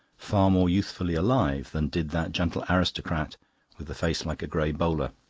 far more youthfully alive than did that gentle aristocrat with the face like a grey bowler.